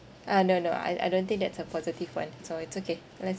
uh no no I I don't think that's a positive one so it's okay let's